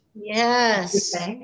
yes